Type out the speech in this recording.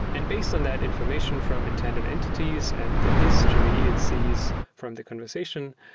and based on that information from intent and entities and the history it sees from the conversation,